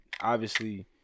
obviously-